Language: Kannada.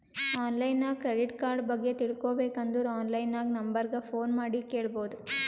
ಆನ್ಲೈನ್ ನಾಗ್ ಕ್ರೆಡಿಟ್ ಕಾರ್ಡ ಬಗ್ಗೆ ತಿಳ್ಕೋಬೇಕ್ ಅಂದುರ್ ಆನ್ಲೈನ್ ನಾಗ್ ನಂಬರ್ ಗ ಫೋನ್ ಮಾಡಿ ಕೇಳ್ಬೋದು